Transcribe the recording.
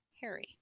Harry